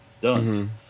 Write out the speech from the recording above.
done